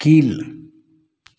கீழ்